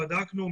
בדקנו,